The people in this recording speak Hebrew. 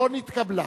לא נתקבלה.